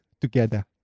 Together